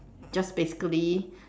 just basically